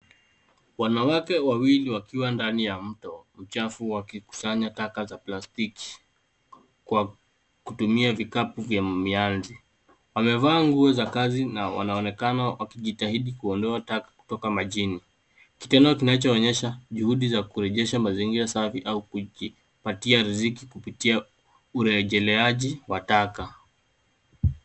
Wanawake wawili wakiwa ndani ya mto mchafu wakikusanya taka za plastiki kwa kutumia vikapu vya mianzi. Wamevaa nguo za kazi na wanaonekana wakijitahidi kuondoa taka kutoka majini, kitendo kinachoonyesha juhudi za kurejesha mazingira safi au kujipatia riziki kupitia urejeleaji wa taka.